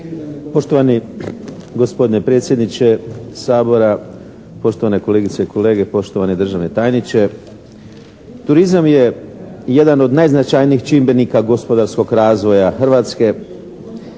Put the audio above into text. Poštovani gospodine predsjedniče Sabora, poštovane kolegice i kolege, poštovani državni tajniče. Turizam je jedan od najznačajnijih čimbenika gospodarskog razvoja Hrvatske,